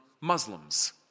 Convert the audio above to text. Muslims